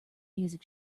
music